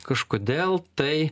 kažkodėl tai